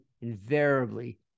invariably